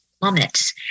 plummets